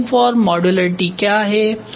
design for modularity क्या है